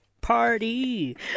Party